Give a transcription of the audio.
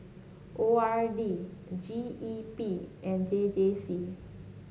O R D G E P and J J C